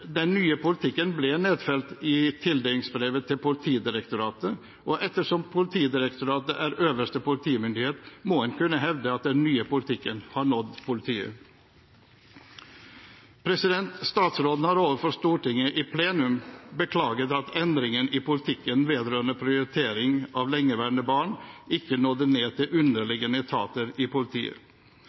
nye politikken ble nedfelt i tildelingsbrevet til Politidirektoratet, og ettersom Politidirektoratet er øverste politimyndighet, må en kunne hevde at den nye politikken har nådd politiet. Statsråden har overfor Stortinget i plenum beklaget at endringen i politikken vedrørende prioritering av lengeværende barn ikke nådde ned til underliggende etater i politiet.